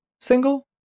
single